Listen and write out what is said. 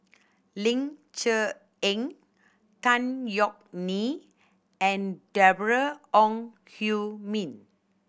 Ling Cher Eng Tan Yeok Nee and Deborah Ong Hui Min